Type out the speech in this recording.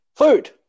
food